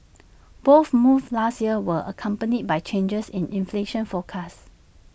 both moves last year were accompanied by changes in inflation forecast